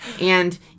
And-